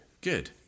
Good